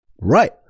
Right